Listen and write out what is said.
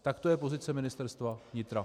Tak to je pozice Ministerstva vnitra.